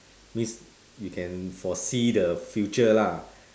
means you can foresee the future lah